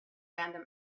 random